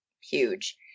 huge